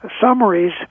summaries